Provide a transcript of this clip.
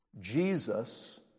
Jesus